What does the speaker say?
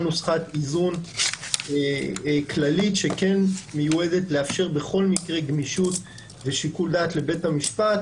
נוסחת איזון כללית שמיועדת לאפשר גמישות ושיקול דעת לבית המשפט.